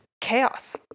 chaos